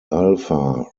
alpha